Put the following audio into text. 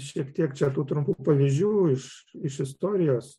šiek tiek čia tų trumpų pavyzdžių iš iš istorijos